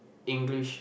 English